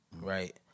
right